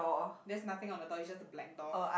there's nothing on the door it's just a black door